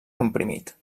comprimit